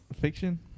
Fiction